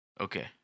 Okay